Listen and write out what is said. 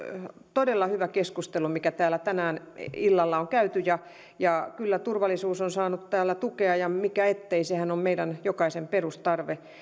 todella hyvä keskustelu mikä täällä tänään illalla on käyty kyllä turvallisuus on saanut täällä tukea ja mikä ettei sehän on meidän jokaisen perustarve